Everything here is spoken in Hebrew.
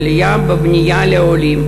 בנייה לעולים.